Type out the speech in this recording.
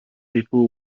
people